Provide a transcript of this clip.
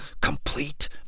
complete